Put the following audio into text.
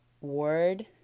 word